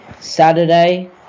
Saturday